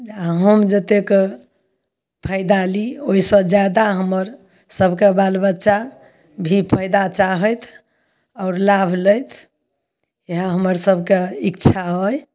जा जतेके फयदा ली ओइसँ जादा हमर सबके बाल बच्चा भी फायदा चाहथि आओर लाभ लैथ इएह हमर सबके इच्छा अइ